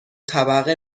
طبقه